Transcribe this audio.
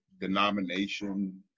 denomination